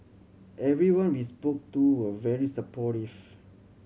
everyone we spoke to were very supportive